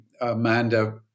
Amanda